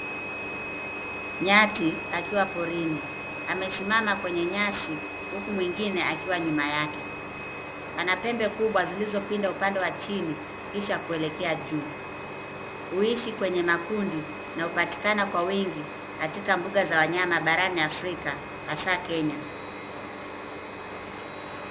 Nyati akiwa porini, amesimama kwenye nyasi, huku mwingine akiwa nyuma yake. Ana pembe kubwa zilizopinda upande wa chini, kisha kuelekea juu. Huishi kwenye makundi na upatikana kwa wingi, katika mbuga za wanyama barani Afrika, hasa Kenya.